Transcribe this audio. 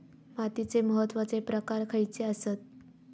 मातीचे महत्वाचे प्रकार खयचे आसत?